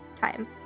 time